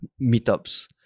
meetups